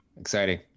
Exciting